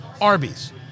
Arby's